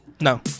No